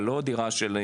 אבל לא דירה של,